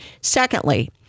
Secondly